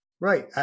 Right